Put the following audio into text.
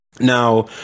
Now